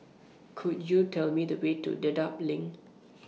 Could YOU Tell Me The Way to Dedap LINK